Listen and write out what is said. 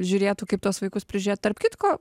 žiūrėtų kaip tuos vaikus prižiūrėt tarp kitko